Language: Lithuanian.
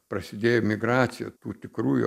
prasidėjo emigracija tų tikrųjų